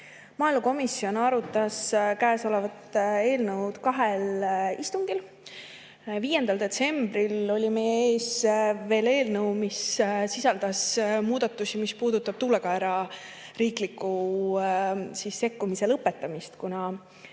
Maaelukomisjon arutas käesolevat eelnõu kahel istungil. 5. detsembril oli meie ees eelnõu, mis sisaldas [ainult] muudatusi, mis puudutavad tuulekaeraga seotud riikliku sekkumise lõpetamist, kuna